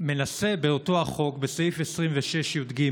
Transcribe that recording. מנסה באותו החוק, בסעיף 26(יג),